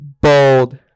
Bold